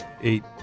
eight